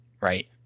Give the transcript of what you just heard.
right